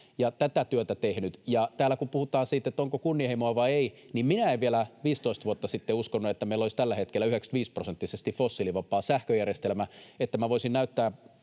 ja tätä työtä tehnyt. Ja täällä kun puhutaan siitä, onko kunnianhimoa vai ei, niin minä en vielä 15 vuotta sitten uskonut, että meillä olisi tällä hetkellä 95-prosenttisesti fossiilivapaa sähköjärjestelmä, että minä voisin näyttää